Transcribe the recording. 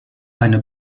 eine